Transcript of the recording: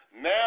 Now